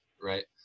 right